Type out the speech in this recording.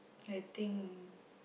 I think